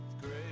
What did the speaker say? great